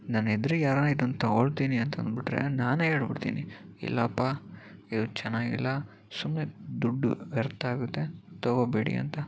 ನನ್ನ ಎದುರಿಗೆ ಯಾರಾನ ಇದನ್ನು ತಗೊಳ್ತೀನಿ ಅಂತ ಅಂದ್ಬಿಟ್ರೆ ನಾನೇ ಹೇಳ್ಬಿಡ್ತೀನಿ ಇಲ್ಲಪ್ಪ ಇದು ಚೆನ್ನಾಗಿಲ್ಲ ಸುಮ್ಮನೆ ದುಡ್ಡು ವ್ಯರ್ಥ ಆಗುತ್ತೆ ತಗೋಬೇಡಿ ಅಂತ